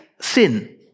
sin